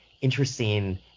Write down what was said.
interesting